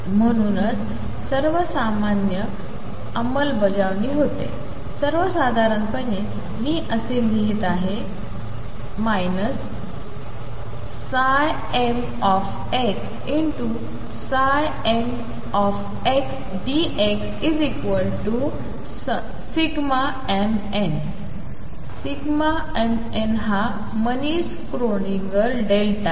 म्हणूनच सामान्यपणाची अंमलबजावणी होते सर्वसाधारणपणे मी असे लिहित आहे mxnxdxmn mn हा मनिस क्रोनकर डेल्टा